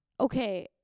okay